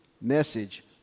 message